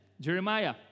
Jeremiah